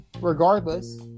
Regardless